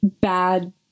bad